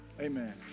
Amen